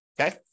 okay